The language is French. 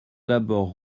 d’abord